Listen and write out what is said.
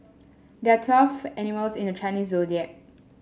there are twelve animals in the Chinese Zodiac